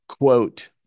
quote